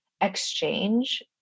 exchange